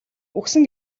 үхсэн